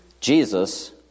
Jesus